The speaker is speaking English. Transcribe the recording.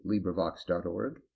LibriVox.org